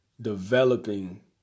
developing